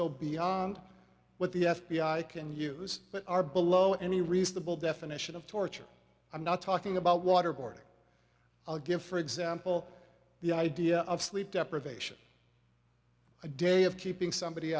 go beyond what the f b i can use that are below any reasonable definition of torture i'm not talking about waterboarding i'll give for example the idea of sleep deprivation a day of keeping somebody